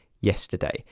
yesterday